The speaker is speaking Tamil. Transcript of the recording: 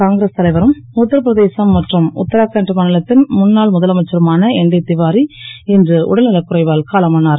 வாரி மூத்த காங்கிரஸ் தலைவரும் உத்தரபிரதேசம் மற்றும் உத்தராகண்ட் மா லத் ன் முன்னாள் முதலமைச்சருமான என்டி வாரி இன்று உடல் நலக் குறைவால் காலமானார்